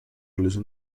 realizó